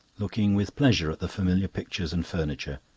looking with pleasure at the familiar pictures and furniture,